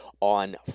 on